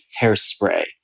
hairspray